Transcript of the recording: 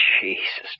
Jesus